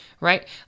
right